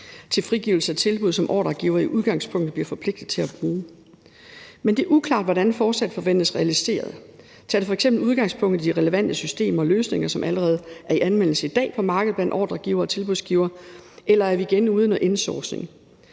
til frigivelse af tilbud, som ordregivere i udgangspunktet bliver forpligtet til at bruge. Men det er uklart, hvordan forslaget forventes realiseret. Tager det f.eks. udgangspunkt i de relevante systemer og løsninger, som allerede er i anvendelse i dag på markedet blandt ordregivere og tilbudsgivere, eller er vi igen ude i noget insourcing?